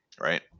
right